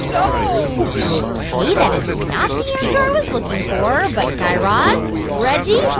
no ok. that is not the answer i was looking for. but, guy raz, reggie,